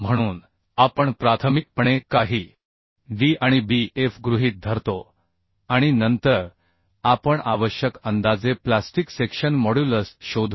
म्हणून आपण प्राथमिकपणे काही d आणि Bf गृहीत धरतो आणि नंतर आपण आवश्यक अंदाजे प्लास्टिक सेक्शन मॉड्युलस शोधू